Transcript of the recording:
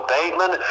Bateman